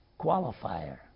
qualifier